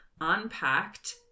unpacked